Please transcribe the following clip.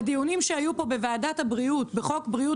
בדיונים שהיו פה בוועדת הבריאות בחוק בריאות